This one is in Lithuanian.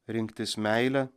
rinktis meilę